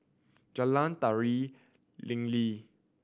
Jalan Tari Linli